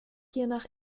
hiernach